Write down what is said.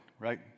right